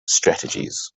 strategies